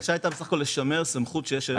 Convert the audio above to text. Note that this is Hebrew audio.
הבקשה הייתה לשמר סמכות שיש היום.